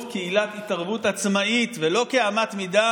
כעילת התערבות עצמאית ולא כאמת מידה,